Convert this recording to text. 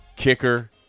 Kicker